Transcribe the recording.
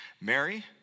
Mary